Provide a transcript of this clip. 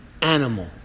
animal